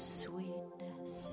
sweetness